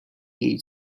jej